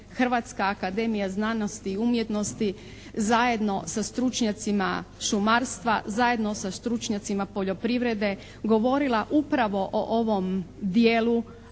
Hrvatska akademija znanosti i umjetnosti zajedno sa stručnjacima šumarstva, zajedno sa stručnjacima poljoprivrede govorila upravo o ovom dijelu